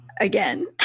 again